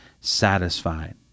satisfied